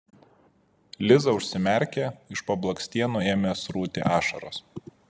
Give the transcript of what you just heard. liza užsimerkė iš po blakstienų ėmė srūti ašaros